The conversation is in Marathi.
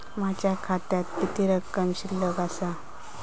माझ्या खात्यात किती रक्कम शिल्लक आसा?